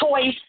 choice